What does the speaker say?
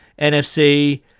NFC